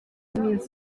chris